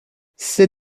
ses